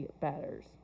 batters